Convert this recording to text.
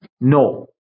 No